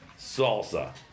salsa